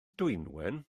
dwynwen